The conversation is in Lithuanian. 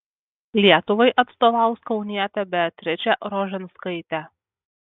lietuvai atstovaus kaunietė beatričė rožinskaitė